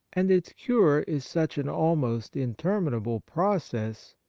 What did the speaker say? and its cure is such an almost interminable process,